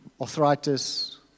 arthritis